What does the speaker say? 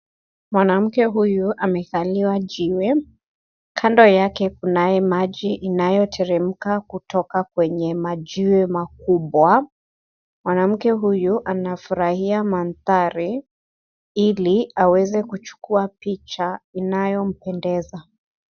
Mwanamke huyu amekalia jiwe. Kando yake kunayo maji inayoteremka kutoka kwenye majiwe makubwa. Mwanamke huyu anafurahia mandhari ili aweze kuchukua picha inayompendeza.